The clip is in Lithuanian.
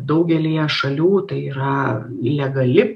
daugelyje šalių tai yra legali